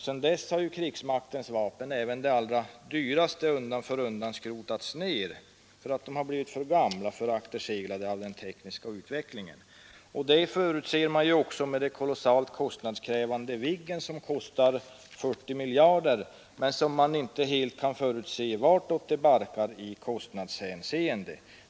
Sedan dess har krigsmaktens vapen, även de allra dyraste, undan för undan skrotats ned därför att de har blivit för gamla och akterseglade av den tekniska utvecklingen. Den utvecklingen förutses nu också med den kolossalt kostnadskrävande Viggen, 40 miljarder kronor, och man vet inte vartåt det barkar i kostnadshänseende.